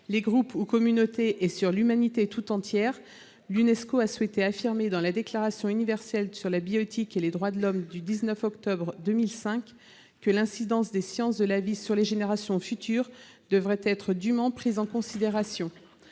les groupes ou communautés et sur l'humanité tout entière, l'Unesco a souhaité affirmer, dans la Déclaration universelle sur la bioéthique et les droits de l'homme du 19 octobre 2005, que « l'incidence des sciences de la vie sur les générations futures [...] devrait être dûment prise en considération